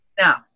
Now